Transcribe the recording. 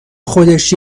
خودش